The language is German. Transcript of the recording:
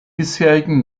bisherigen